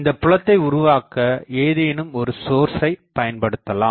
இந்தப் புலத்தை உருவாக்க ஏதேனும் ஒரு ஸோர்சை பயன்படுத்தலாம்